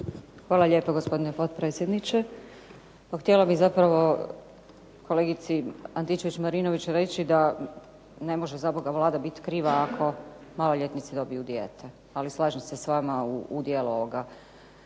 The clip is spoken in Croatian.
Hvala lijepo, gospodine potpredsjedniče. Htjela bih zapravo kolegici Antičević-Marinović reći da ne može zaboga Vlada bit kriva ako maloljetnici dobiju dijete, ali slažem se s vama u dijelu o